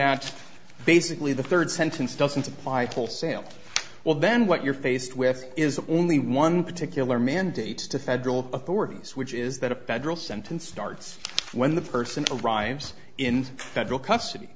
that basically the third sentence doesn't apply wholesale well then what you're faced with is only one particular mandate to federal authorities which is that a federal sentenced starts when the person arrives in federal custody